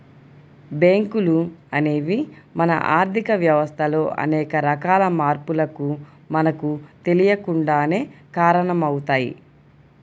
బ్యేంకులు అనేవి మన ఆర్ధిక వ్యవస్థలో అనేక రకాల మార్పులకు మనకు తెలియకుండానే కారణమవుతయ్